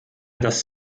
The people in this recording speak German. das